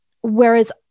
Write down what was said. Whereas